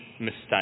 mistake